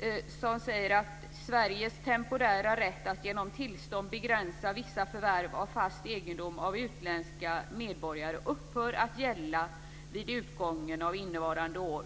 i vilken det sägs att Sveriges temporära rätt att genom tillstånd begränsa vissa förvärv av fast egendom av utländska medborgare upphör att gälla vid utgången av innevarande år.